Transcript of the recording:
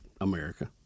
America